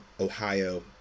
Ohio